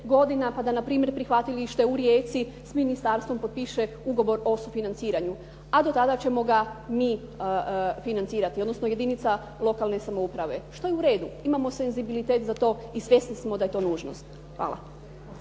godina pa da na primjer prihvatilište u Rijeci s ministarstvom potpiše ugovor o sufinanciranju a do tada ćemo ga mi financirati odnosno jedinica lokalne samouprave što je u redu, imamo senzibilitet za to i svjesni smo da je to nužnost. Hvala.